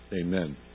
Amen